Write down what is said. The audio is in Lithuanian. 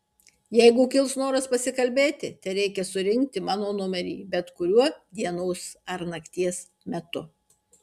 jeigu kils noras pasikalbėti tereikia surinkti mano numerį bet kuriuo dienos ar nakties metu